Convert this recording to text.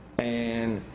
and